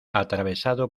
atravesado